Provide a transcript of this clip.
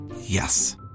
yes